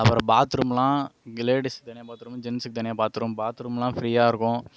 அப்றம் பாத்ரூம்லாம் லேடிஸுக்கு தனியாக பாத்ரூமு ஜென்ஸுக்கு தனியாக பாத்ரூம் பாத்ரூம்லாம் ஃபிரீயாருக்கும்